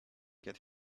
get